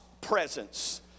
presence